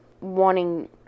wanting